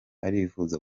arifuza